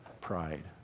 pride